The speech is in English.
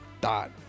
Dot